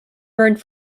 burned